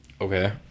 Okay